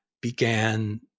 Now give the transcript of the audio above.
began